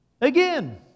again